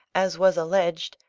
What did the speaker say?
as was alleged,